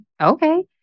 okay